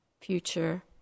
future